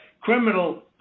criminal